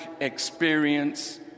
experience